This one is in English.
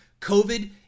COVID